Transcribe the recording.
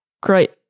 great